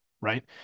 Right